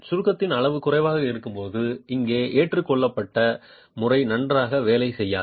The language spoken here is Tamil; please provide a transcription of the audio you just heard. சுருக்கத்தின் அளவு குறைவாக இருக்கும்போது இங்கே ஏற்றுக்கொள்ளப்பட்ட முறை நன்றாக வேலை செய்யாது